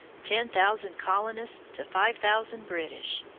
ten thousand colonists to five thousand british.